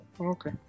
okay